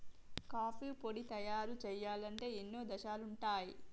coffee పొడి తయారు చేయాలంటే ఎన్నో దశలుంటయ్